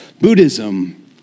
Buddhism